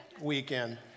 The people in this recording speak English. weekend